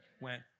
went